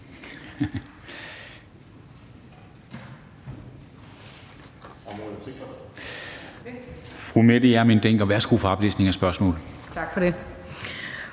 Tak for det.